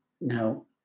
Now